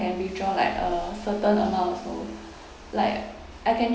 can withdraw like a certain amount also like I can